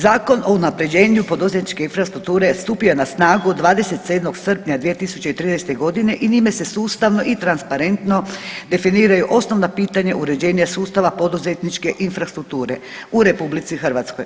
Zakon o unaprjeđenju poduzetničke infrastrukture stupio je na snagu 27. srpnja 2013.g. i njime se sustavno i transparentno definiraju osnovna pitanja uređenja sustava poduzetničke infrastrukture u RH.